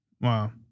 Wow